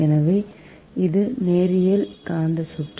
எனவே இது நேரியல் காந்த சுற்று